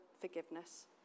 forgiveness